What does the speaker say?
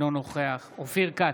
אינו נוכח אופיר כץ,